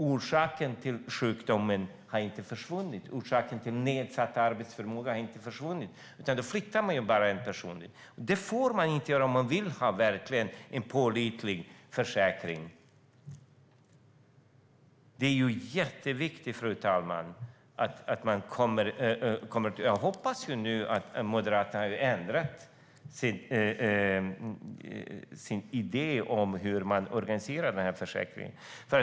Orsaken till sjukdomen och den nedsatta arbetsförmågan har ju inte försvunnit, utan man flyttar bara på personen. Det får man inte göra om man verkligen vill ha en pålitlig försäkring. Det är jätteviktigt, fru talman, och jag hoppas att Moderaterna nu har ändrat sina idéer om hur man organiserar den här försäkringen.